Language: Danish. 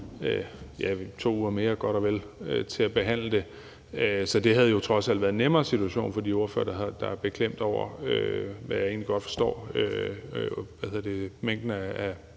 2 uger mere til at behandle det. Så det havde jo trods alt været en nemmere situation for de ordførere, der er beklemte over mængden af